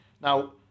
now